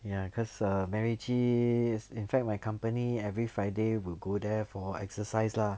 ya cause err macritchie in fact my company every friday will go there for exercise lah